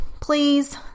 please